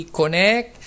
connect